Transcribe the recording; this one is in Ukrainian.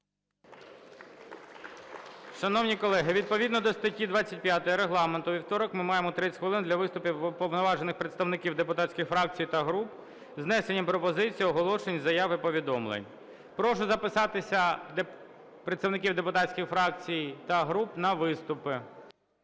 Шановні колеги, відповідно до статті 25 Регламенту у вівторок ми маємо 30 хвилин для виступів уповноважених представників депутатських фракцій та груп з внесенням пропозицій, оголошень, заяв і повідомлень. Прошу записатися представників депутатських фракцій та груп на виступи.